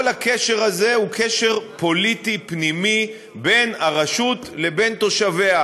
כל הקשר הזה הוא קשר פוליטי פנימי בין הרשות לבין תושביה.